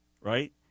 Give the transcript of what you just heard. right